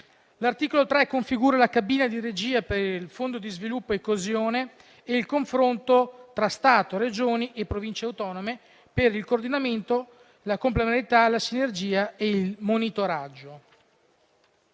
L'articolo 3 configura la cabina di regia per il Fondo di sviluppo e coesione e il confronto tra Stato, Regioni e Province autonome per il coordinamento, la complementarità, la sinergia e il monitoraggio.